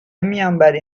میانبری